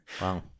Wow